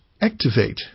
activate